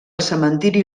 cementiri